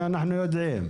אנחנו יודעים.